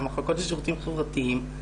המחלקות לשירותים חברתיים,